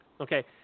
Okay